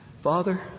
Father